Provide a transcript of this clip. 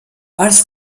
als